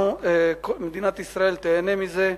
ומדינת ישראל תיהנה מזה,